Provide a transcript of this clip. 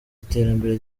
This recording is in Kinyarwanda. iterambere